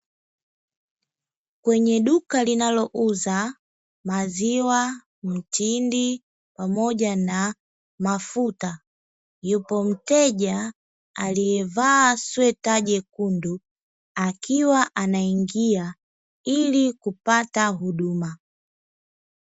Kwenye duka linalouza maziwa mtindi pamoja na mafuta, yupo mteja aliyevaa sweta jekundu akiwa anaingia ili kupata huduma.